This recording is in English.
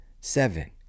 seven